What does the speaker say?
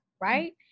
right